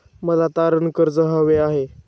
मला तारण कर्ज हवे आहे